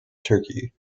turkey